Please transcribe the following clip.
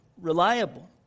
reliable